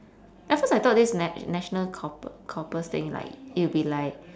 at first I thought this na~ national corpu~ corpus thing like it will be like